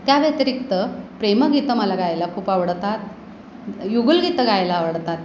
त्या व्यतिरिक्त प्रेमगीतं मला गायला खूप आवडतात युगुलगीतं गायला आवडतात